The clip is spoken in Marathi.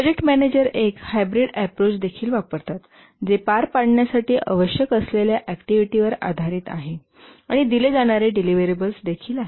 प्रोजेक्ट मॅनेजर एक हायब्रीड अप्रोच देखील वापरतात जे पार पाडण्यासाठी आवश्यक असलेल्या ऍक्टिव्हिटीवर आधारित आहे आणि दिले जाणारे डिलीवरेबल्स देखील आहे